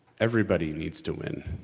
everybody needs to win.